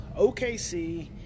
OKC